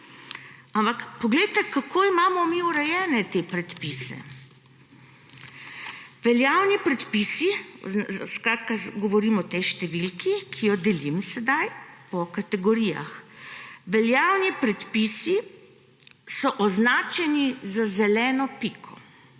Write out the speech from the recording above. Ampak poglejte, kako imamo mi urejene te predpise. Veljavni predpisi – skratka govorim o tej številki, ki jo delim sedaj po kategorijah – so označeni z zeleno piko.